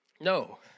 No